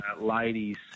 ladies